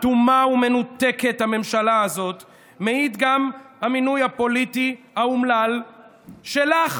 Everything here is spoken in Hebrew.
אטומה ומנותקת הממשלה הזאת מעיד גם המינוי הפוליטי האומלל שלך,